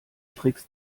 tricks